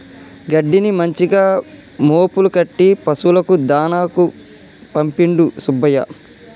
గడ్డిని మంచిగా మోపులు కట్టి పశువులకు దాణాకు పంపిండు సుబ్బయ్య